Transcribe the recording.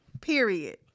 period